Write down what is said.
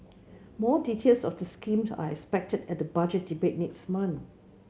more details of the scheme are expected at the Budget Debate next month